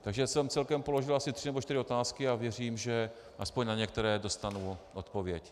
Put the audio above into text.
Takže jsem celkem položil asi tři nebo čtyři otázky a věřím, že aspoň na některé dostanu odpověď.